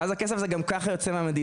ואז הכסף הזה גם ככה יוצא מהמדינה.